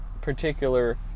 particular